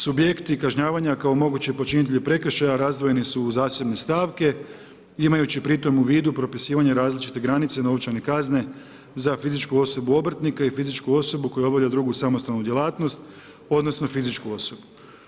Subjekti kažnjavanja kao mogući počinitelji prekršaja razdvojeni su u zasebne stavke imajući pritom u vidu propisivanje različite granice novčane kazne za fizičku osobu obrtnika i fizičku osobu koja obavlja drugu samostalnu djelatnost odnosno fizičku osobu.